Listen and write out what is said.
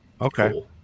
Okay